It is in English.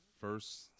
first